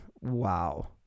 Wow